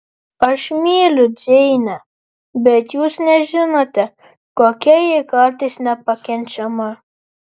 aš myliu džeinę bet jūs nežinote kokia ji kartais nepakenčiama